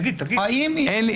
אין.